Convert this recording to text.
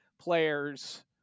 players